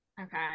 Okay